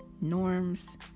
norms